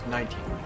Nineteen